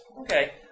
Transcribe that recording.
Okay